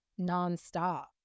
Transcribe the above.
nonstop